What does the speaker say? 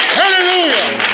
hallelujah